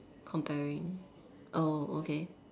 comparing oh okay